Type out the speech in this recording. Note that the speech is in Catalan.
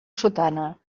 sotana